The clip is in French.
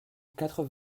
quatre